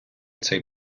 цей